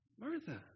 Martha